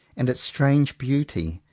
and its strange beauty,